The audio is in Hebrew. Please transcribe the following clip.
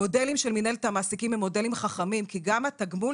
המודלים של מנהלת המעסיקים הם מודלים חכמים כי גם התגמול